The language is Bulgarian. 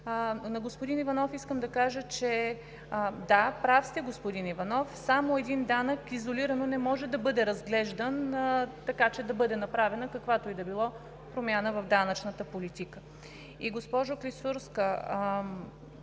На господин Иванов искам да кажа: да, прав сте, господин Иванов. Само един данък изолирано не може да бъде разглеждан, така че да бъде направена каквато и да било промяна в данъчната политика. Госпожо Клисурска,